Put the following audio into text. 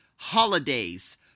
holidays